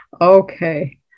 Okay